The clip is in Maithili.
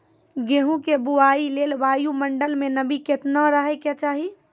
गेहूँ के बुआई लेल वायु मंडल मे नमी केतना रहे के चाहि?